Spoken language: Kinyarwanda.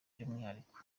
by’umwihariko